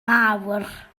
mawr